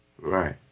Right